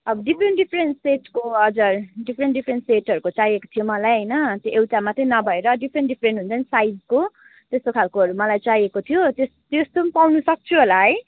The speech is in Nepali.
अब डिफ्रेन्ट डिफ्रेन्ट सेटको हजुर डिफ्रेन्ट डिफ्रेन्ट सेटहरूको चाहिएको थियो मलाई होइन त्यो एउटा मात्रै नभएर डिफ्रेन्ट डिफ्रेन्ट हुन्छ नि साइजको त्यस्तो खालकोहरू मलाई चाहिएको थियो त्यस्तो पनि पाउनु सक्छु होला है